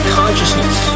consciousness